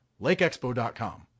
Lakeexpo.com